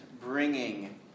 bringing